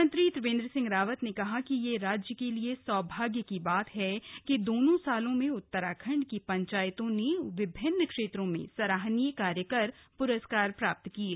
मुख्यमंत्री त्रिवेन्द्र ने कहा कि यह राज्य के लिए सौभाग्य की बात है कि दोनों सालों में उत्तराखण्ड की पंचायतों ने विभिन्न क्षेत्रों में सराहनीय कार्य कर प्रस्कार प्राप्त किये